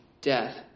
death